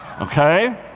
okay